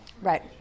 Right